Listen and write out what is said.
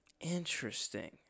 Interesting